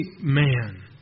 man